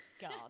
God